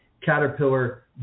Caterpillar